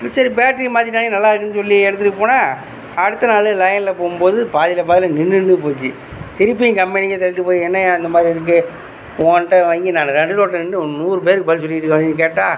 சரி பேட்டரி மாத்திட்டாங்கள் நல்லாயிட்டுன்னு சொல்லி எடுத்துட்டு போனால் அடுத்த நாள் லைன்ல போகும்போது பாதியிலே பாதியிலே நின்று நின்று போச்சு திருப்பியும் கம்பெனிக்கே தள்ளிட்டு போய் என்னையா இந்த மாதிரி இருக்குது ஓன்ட வாங்கி நான் நடு ரோட்டில் நின்று நூறு பேருக்கு பதில் சொல்லிகிட்டுருக்கேனு கேட்டால்